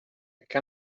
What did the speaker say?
can